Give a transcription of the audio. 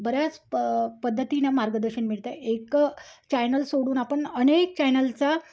बऱ्याच प पद्धतीनं मार्गदर्शन मिळतं एक चॅनल सोडून आपण अनेक चॅनलचा